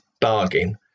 bargain